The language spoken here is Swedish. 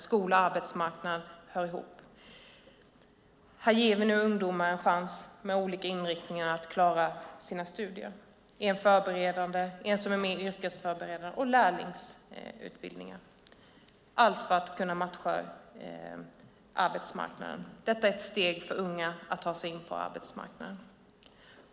Skola och arbetsmarknad hör ihop. Vi ger nu med olika inriktningar ungdomar en chans att klara sina studier, en förberedande, en som är mer yrkesförberedande och lärlingsutbildningar - allt för att kunna matcha arbetsmarknaden. Detta är ett steg för unga att ta sig in på arbetsmarknaden.